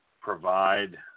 provide